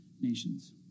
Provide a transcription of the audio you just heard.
nations